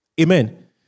Amen